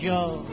Joe